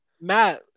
Matt